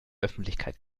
öffentlichkeit